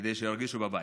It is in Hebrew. כדי שירגישו בבית.